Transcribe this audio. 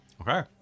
okay